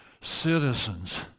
citizens